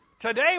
Today